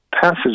passage